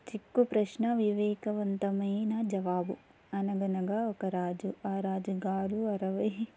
చిక్కు ప్రశ్న వివేకవంతమైన జవాబు అనగనగా ఒక రాజు ఆ రాజుగారు అరవై